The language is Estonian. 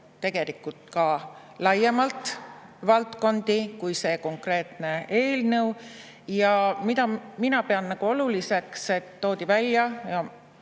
tegelikult ka laiemalt valdkondi kui see konkreetne eelnõu. Ja mina pean oluliseks, et toodi välja –